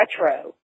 retro